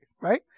right